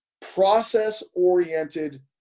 process-oriented